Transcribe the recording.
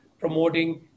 promoting